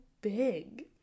big